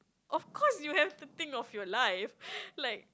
of course you have to think of your life like